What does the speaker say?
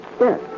Yes